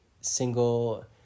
single